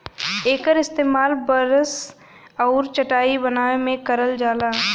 एकर इस्तेमाल बरस आउर चटाई बनाए में करल जाला